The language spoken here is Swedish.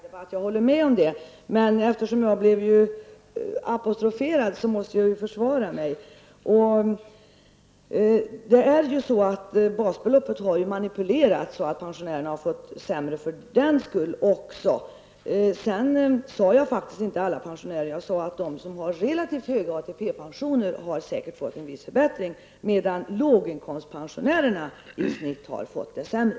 Herr talman! Jag håller med om att det här faktiskt inte är en skattedebatt, men eftersom jag blev apostroferad måste jag få försvara mig. Basbeloppet har ju manipulerats, varför pensionärerna har fått det sämre också av den anledningen. Sedan talade jag faktiskt inte om alla pensionärer. Jag sade att de som har relativt höga ATP-pensioner säkert har fått en viss förbättring, medan låginkomstpensionärerna i genomsnitt har fått det sämre.